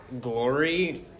glory